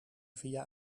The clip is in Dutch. via